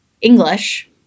English